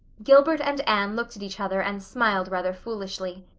gilbert and anne looked at each other and smiled rather foolishly.